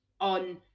on